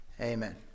amen